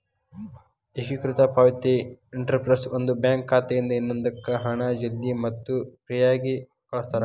ಏಕೇಕೃತ ಪಾವತಿ ಇಂಟರ್ಫೇಸ್ ಒಂದು ಬ್ಯಾಂಕ್ ಖಾತೆಯಿಂದ ಇನ್ನೊಂದಕ್ಕ ಹಣ ಜಲ್ದಿ ಮತ್ತ ಫ್ರೇಯಾಗಿ ಕಳಸ್ತಾರ